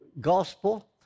gospel